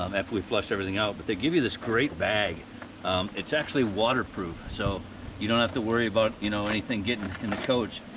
um we flush everything out, but they give you this great bag it's actually waterproof, so you don't have to worry about, you know, anything getting in a coach.